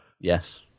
yes